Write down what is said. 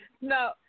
No